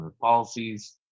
policies